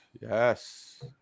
Yes